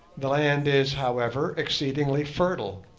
the land is, however, exceedingly fertile,